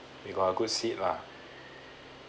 we got a good seat lah